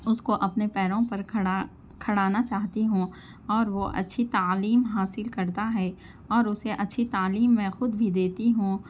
اُس کو اپنے پیروں پر کھڑا کھڑا نا چاہتی ہوں اور وہ اچّھی تعلیم حاصل کرتا ہے اور اسے اچّھی تعلیم میں خود بھی دیتی ہوں